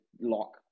lock